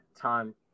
time